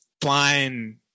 flying